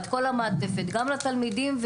גם לתלמידים,